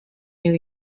new